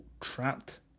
trapped